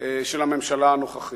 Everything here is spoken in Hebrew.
של הממשלה הנוכחית.